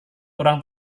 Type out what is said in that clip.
orang